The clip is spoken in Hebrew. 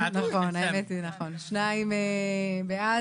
נכון, שניים בעד.